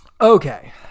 Okay